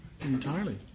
entirely